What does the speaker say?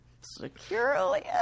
securely